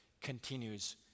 continues